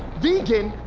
vegan?